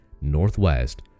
northwest